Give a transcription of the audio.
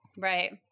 Right